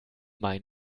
main